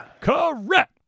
Correct